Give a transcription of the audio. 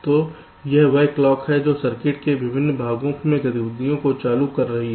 तो यह वह क्लॉक है जो सर्किट के विभिन्न भागों में गतिविधियों को चालू कर रही है